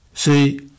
See